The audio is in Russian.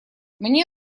мне